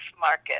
market